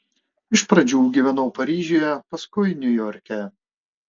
iš pradžių gyvenau paryžiuje paskui niujorke